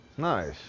Nice